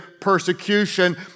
persecution